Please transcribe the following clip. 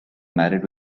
married